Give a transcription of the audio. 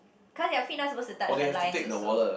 cause their feet not supposed to touch the lines also